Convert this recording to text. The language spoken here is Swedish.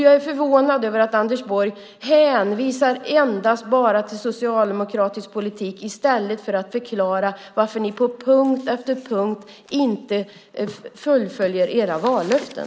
Jag är förvånad över att Anders Borg endast hänvisar till socialdemokratisk politik i stället för att förklara varför ni på punkt efter punkt inte fullföljer era vallöften.